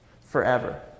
forever